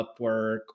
Upwork